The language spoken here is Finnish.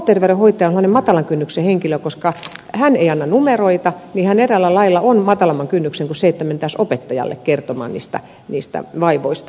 kouluterveydenhoitajahan on matalan kynnyksen henkilö koska kun hän ei anna numeroita niin hän eräällä lailla on matalamman kynnyksen henkilö verrattuna siihen jos mentäisiin opettajalle kertomaan vaivoista